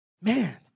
man